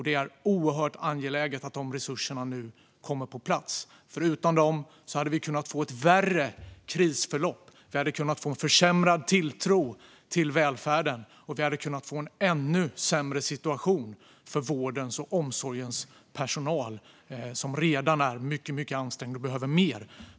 Det är oerhört angeläget att de resurserna nu kommer på plats, för utan dem hade vi kunnat få ett värre krisförlopp. Vi hade kunnat få en försämrad tilltro till välfärden. Och vi hade kunnat få en ännu sämre situation för vårdens och omsorgens personal. Situationen är redan mycket ansträngd, och det behövs mer.